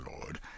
lord